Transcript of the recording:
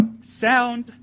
sound